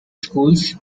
schools